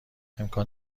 امکان